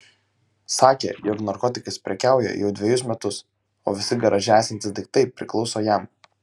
sakė jog narkotikais prekiauja jau dvejus metus o visi garaže esantys daiktai priklauso jam